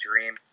dream